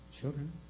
children